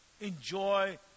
Enjoy